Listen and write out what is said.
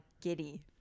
giddy